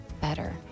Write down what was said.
better